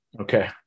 Okay